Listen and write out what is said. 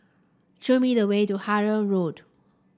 show me the way to Harlyn Road